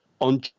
On